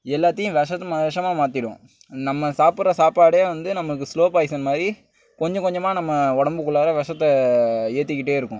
எல்லாத்தையும் விஷத்த விஷமா மாற்றிடும் நம்ம சாப்பிட்ற சாப்பாடே வந்து நமக்கு ஸ்லோ பாய்சன் மாதிரி கொஞ்சம் கொஞ்சமாக நம்ம உடம்புக்குள்ளார விஷத்த ஏற்றிக்கிட்டே இருக்கும்